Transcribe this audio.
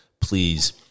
please